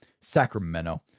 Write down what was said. Sacramento